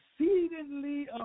exceedingly